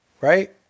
Right